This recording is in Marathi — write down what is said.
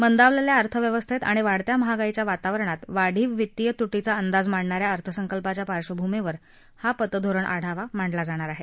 मंदावलेल्या अर्थव्यवस्थेत आणि वाढत्या महागाईच्या वातावरणात वाढीव वित्तीय तुटीचा अंदाज मांडणाऱ्या अर्थसंकल्पाच्या पार्श्वभूमीवर हा पतधोरण आढावा मांडला जाणार आहे